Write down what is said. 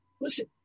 listen